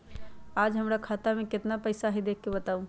आज हमरा खाता में केतना पैसा हई देख के बताउ?